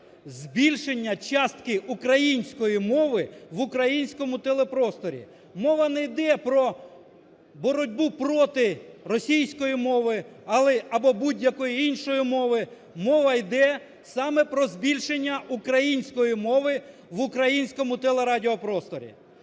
збільшення частки української мови в українському телепросторі. Мова не йде про боротьбу проти російської мови або будь-якої іншої мови, мова йде саме про збільшення української мови в українському телерадіопросторі.